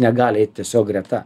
negali eit tiesiog greta